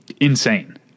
insane